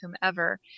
whomever